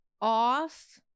off